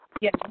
Yes